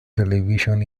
television